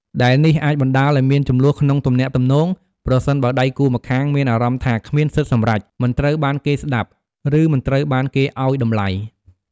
ដែលនេះអាចបណ្ដាលឱ្យមានជម្លោះក្នុងទំនាក់ទំនង ប្រសិនបើដៃគូម្ខាងមានអារម្មណ៍ថាគ្មានសិទ្ធិសម្រេច មិនត្រូវបានគេស្ដាប់ ឬមិនត្រូវបានគេឱ្យតម្លៃ។